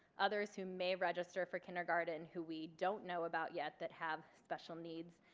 others who may register for kindergarten who we don't know about yet that have special needs,